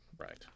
Right